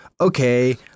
okay